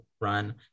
run